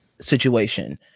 situation